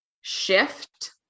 shift